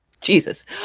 Jesus